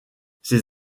ses